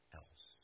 else